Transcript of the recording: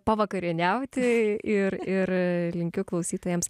pavakarieniauti ir ir linkiu klausytojams